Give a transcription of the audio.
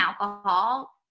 alcohol